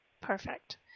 Perfect